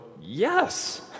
Yes